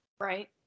Right